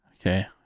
Okay